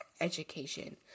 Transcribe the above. education